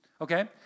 Okay